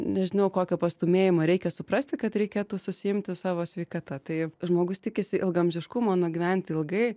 nežinau kokio pastūmėjimo reikia suprasti kad reikėtų susiimti savo sveikata tai žmogus tikisi ilgaamžiškumo nugyventi ilgai